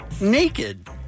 naked